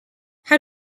how